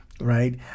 right